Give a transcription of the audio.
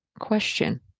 question